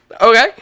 Okay